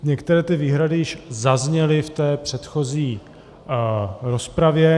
Některé výhrady již zazněly v předchozí rozpravě.